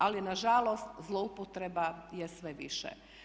Ali nažalost, zlouporaba je sve više.